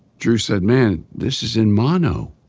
drew said, man, this is in mono.